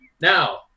Now